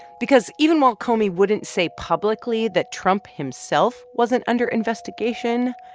because even while comey wouldn't say publicly that trump himself wasn't under investigation,